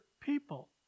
people